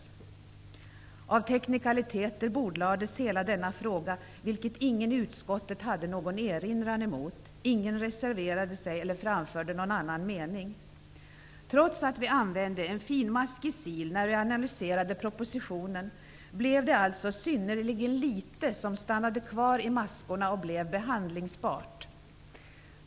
På grund av teknikaliteter bordlades hela denna fråga, vilket ingen i utskottet hade någon erinran emot. Ingen reserverade sig eller framförde någon annan mening. Trots att vi använde en finmaskig sil när vi analyserade propositionen blev det alltså synnerligen litet som stannade kvar i maskorna och blev behandlingsbart.